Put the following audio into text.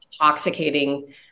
intoxicating